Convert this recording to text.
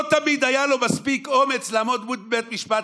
לא תמיד היה לו מספיק אומץ לעמוד מול בית המשפט